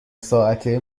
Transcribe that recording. ساعته